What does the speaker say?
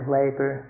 labor